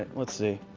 let's see.